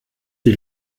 die